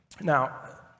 Now